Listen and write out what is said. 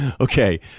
Okay